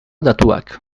datuak